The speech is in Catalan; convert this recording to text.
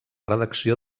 redacció